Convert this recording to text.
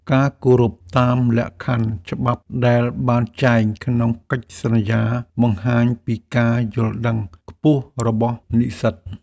ការគោរពតាមលក្ខខណ្ឌច្បាប់ដែលបានចែងក្នុងកិច្ចសន្យាបង្ហាញពីការយល់ដឹងខ្ពស់របស់និស្សិត។